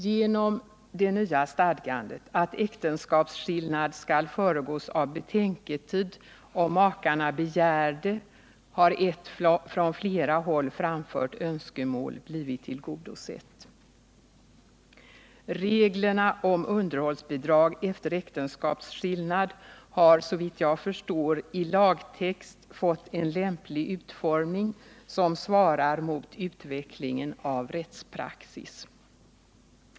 Genom det nya stadgandet att äktenskapsskillnad skall föregås av betänketid om makarna begär det har ett från flera håll framfört önskemål blivit tillgodosett. Reglerna om underhållsbidrag efter äktenskapsskillnad har, såvitt jag förstår, i lagtext fått en lämplig utformning som svarar mot utvecklingen av rättspraxis.